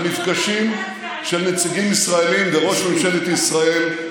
המפגשים של הנציגים הישראלים וראש ממשלת ישראל,